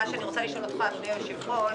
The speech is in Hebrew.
מהבוקר עד הלילה יישבו על חלופות.